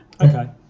Okay